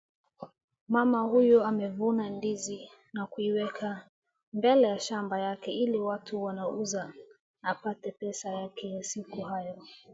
Mama huyu amevuna ndizi na kuiweka mbele ya shamba yake ili watu wanauza apate pesa yake ya siku hayo.